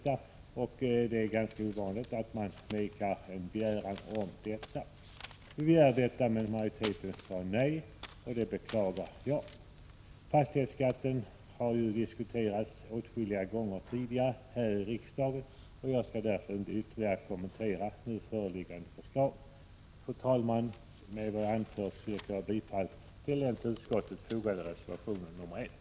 Det är ganska ovanligt att utskottet avslår en begäran om lagrådsremiss. Majoriteten sade emellertid nej, vilket jag beklagar. Fastighetsskatten har diskuterats åtskilliga gånger tidigare här i riksdagen. Jag skall därför inte ytterligare kommentera nu föreliggande förslag. Fru talman! Med vad jag har anfört yrkar jag bifall till den till utskottets betänkande fogade reservationen 1.